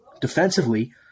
Defensively